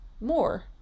more